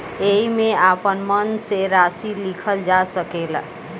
एईमे आपन मन से राशि लिखल जा सकेला